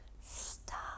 stop